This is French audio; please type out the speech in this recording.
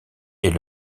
est